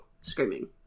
Screaming